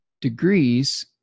degrees